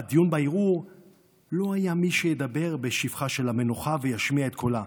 בדיון בערעור לא היה מי שידבר בשבחה של המנוחה וישמיע את קולה.